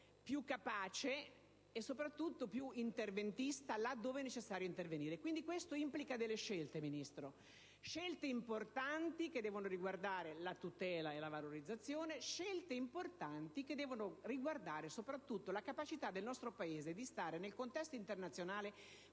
più capace e soprattutto più interventista, là dove è necessario intervenire. Questo implica delle scelte, signor Ministro: scelte importanti, che devono riguardare la tutela e la valorizzazione; scelte importanti, che devono riguardare, soprattutto, la capacità del nostro Paese di stare nel contesto internazionale